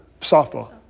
Softball